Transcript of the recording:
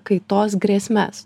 kaitos grėsmes